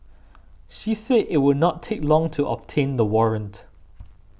she said it would not take long to obtain the warrant